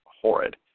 horrid